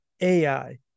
AI